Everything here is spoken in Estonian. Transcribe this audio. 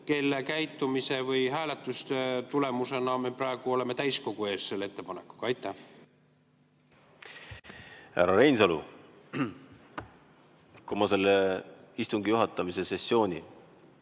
kelle käitumise või hääletuse tulemusena te praegu olete täiskogu ees selle ettepanekuga. Härra Reinsalu! Kui ma selle istungi juhatamise sessiooni